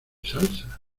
salsa